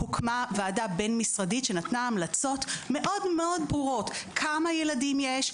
הוקמה ועדה בין משרדית שנתנה המלצות מאוד מאוד ברורות: כמה ילדים יש,